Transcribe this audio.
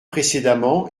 précédemment